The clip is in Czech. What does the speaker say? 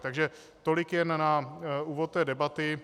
Takže tolik jen na úvod té debaty.